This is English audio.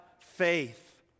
faith